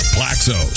Plaxo